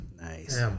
Nice